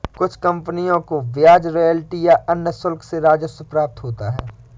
कुछ कंपनियों को ब्याज रॉयल्टी या अन्य शुल्क से राजस्व प्राप्त होता है